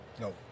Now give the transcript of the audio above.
no